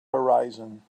horizon